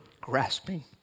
grasping